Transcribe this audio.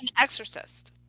exorcist